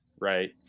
right